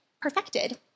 perfected